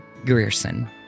Grierson